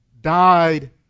died